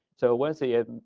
so once they ah